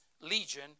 Legion